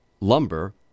lumber